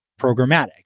programmatic